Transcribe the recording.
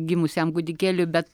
gimusiam kūdikėliui bet